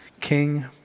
King